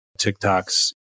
TikTok's